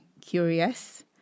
curious